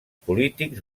polítics